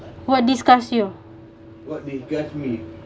what disgust you